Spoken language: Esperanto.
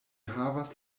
havas